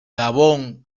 gabón